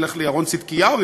נלך לירון צדקיהו,